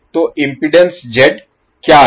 तो impedance Z क्या है